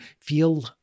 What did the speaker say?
feel